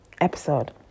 episode